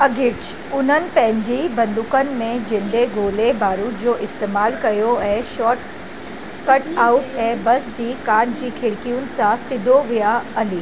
अगिर्च उन्हनि पंहिंजी बंदूकनि में ज़िंदह गोले बारूदु जो इस्तेमालु कयो ऐं शॉट कट आउट ऐं बस जी काँच जी खिड़कियुनि सां सिधो विया हली